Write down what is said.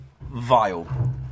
vile